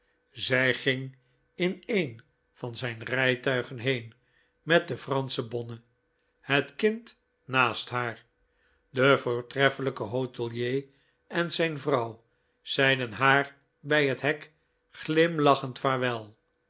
zij ging in een van zijn rijtuigen heen met de fransche bonne het kind naast haar de voortreffelijke hotelier en zijn vrouw zeiden haar bij het hek glimlachend vaarwel